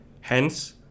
Hence